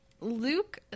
luke